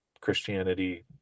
christianity